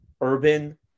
urban